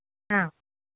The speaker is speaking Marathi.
हां